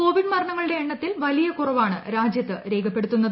Covid മരണങ്ങളുടെ എണ്ണത്തിൽ വലിയ കുറവാണ് രാജ്യത്ത് രേഖപ്പെടുത്തുന്നത്